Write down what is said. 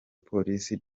polisi